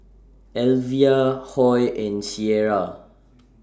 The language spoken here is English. Elvia Hoy and Cierra